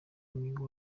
umukinnyi